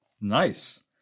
Nice